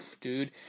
dude